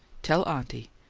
tell auntie!